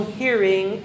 hearing